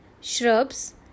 shrubs